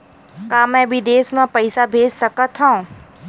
का मैं विदेश म पईसा भेज सकत हव?